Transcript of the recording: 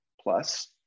plus